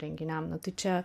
renginiam na tai čia